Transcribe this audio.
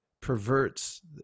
perverts